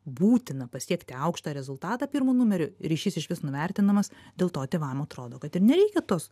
būtina pasiekti aukštą rezultatą pirmu numeriu ryšys išvis nuvertinamas dėl to tėvam atrodo kad ir nereikia tos